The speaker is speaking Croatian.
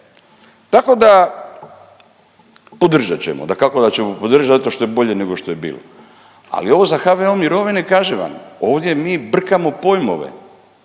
Tako da podržat ćemo, dakako da ćemo podržati zato što je bolje nego što je bilo. Ali ovo za HVO mirovine kažem vam ovdje mi brkamo pojmove,